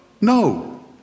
No